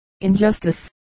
injustice